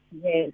Yes